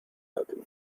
open